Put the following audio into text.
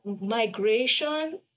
migration